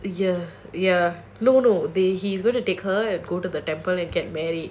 ya ya no no they he's going to take her and go to the temple and get married